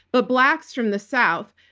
but blacks from the south.